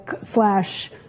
slash